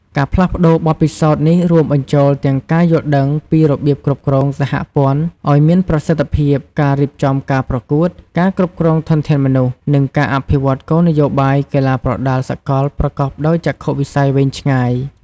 ការផ្លាស់ប្ដូរបទពិសោធន៍នេះរួមបញ្ចូលទាំងការយល់ដឹងពី របៀបគ្រប់គ្រងសហព័ន្ធឲ្យមានប្រសិទ្ធភាព ការរៀបចំការប្រកួត ការគ្រប់គ្រងធនធានមនុស្ស និងការអភិវឌ្ឍគោលនយោបាយកីឡាប្រដាល់សកលប្រកបដោយចក្ខុវិស័យវែងឆ្ងាយ។